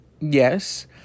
Yes